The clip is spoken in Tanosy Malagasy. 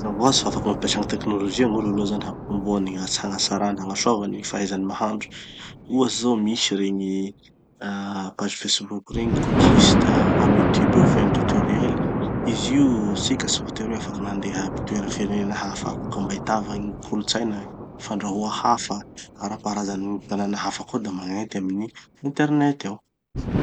Mazava hoazy fa afaky mampiasa gny teknolojia gn'olo aloha zany hampitomboany, hagnaa- hagnatsarany hagnasoavany gny fahezany mahandro. Ohatsy zao misy regny pages facebook regny, cookist; amy youtube ao feno tutoriel. Izy io tsika tsy voatery hoe afaky mandeha amy toera firenena hafa agny ka mba hahitava gny kolontsaina fandrahoa hafa ara-paharazan'ny gny tanàna hafa koa. Da magnenty amy gny internet ao.